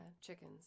chickens